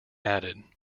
added